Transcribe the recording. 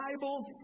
Bible